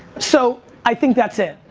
so, i think that's it.